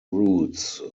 routes